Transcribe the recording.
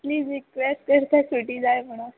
please request करतां सुटी जाय म्हणून